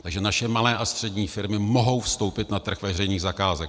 Takže naše malé a střední firmy mohou vstoupit na trh veřejných zakázek.